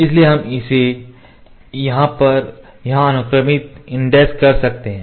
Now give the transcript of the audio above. इसलिए हम इसे 90 डिग्री पर यहाँ अनुक्रमित कर सकते हैं